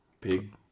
Pig